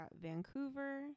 Vancouver